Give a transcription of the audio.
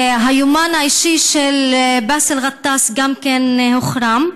היומן האישי של באסל גטאס גם הוא הוחרם.